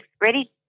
ready